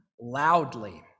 loudly